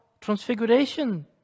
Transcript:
transfiguration